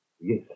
Yes